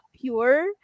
pure